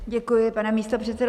Děkuji, pane místopředsedo.